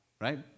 right